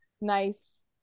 nice